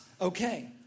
okay